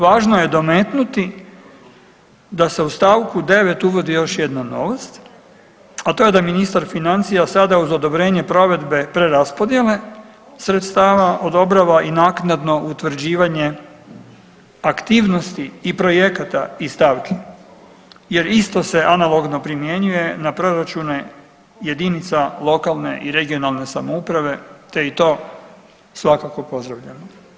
Važno je dometnuti da se u stavku 9 uvodi još jedna novost, a to je da ministar financija sada uz odobrenje provedbe preraspodjele sredstava odobrava i naknadno utvrđivanje aktivnosti i projekata i stavki jer isto se analogno primjenjuje na proračune jedinica lokalne i regionalne samouprave te i to svakako pozdravljam.